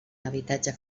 habitatge